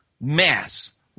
mass